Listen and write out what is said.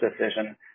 decision